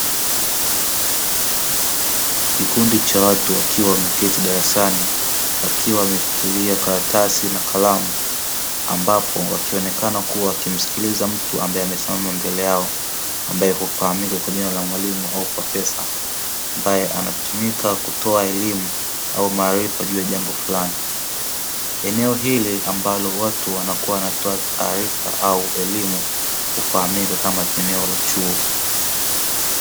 Kikundi cha watu wakiwa wameketi darasani wakiwa wameshikilia karatasi na kalamu ambapo wakionekana kuwa wakimsikiliza mtu ambaye amesimama mbele yao ambaye hufahamika kwa jina la mwalimu au profesa, ambaye anatumika kutoa elimu au maarifa juu ya jambo fulani, eneo hili ambalo watu wanakuwa wanatoa taarifa au elimu hufahamika kama eneo la chuo.